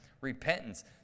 repentance